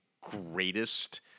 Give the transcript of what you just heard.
greatest